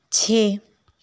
چھ